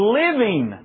living